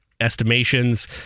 estimations